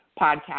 podcast